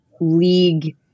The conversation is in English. league